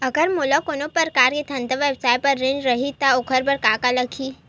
अगर मोला कोनो प्रकार के धंधा व्यवसाय पर ऋण चाही रहि त ओखर बर का का लगही?